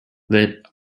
lit